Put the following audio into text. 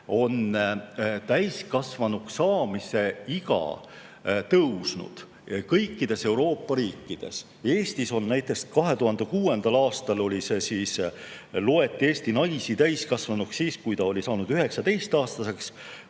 on täiskasvanuks saamise iga tõusnud kõikides Euroopa riikides. Eestis näiteks oli 2006. aastal nii, et Eesti naine loeti täiskasvanuks siis, kui ta oli saanud 19-aastaseks,